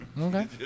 Okay